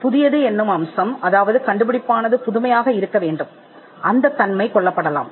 புதிய அம்சம் கண்டுபிடிப்பு புதுமையாக இருக்க வேண்டும் அது கொல்லப்படலாம்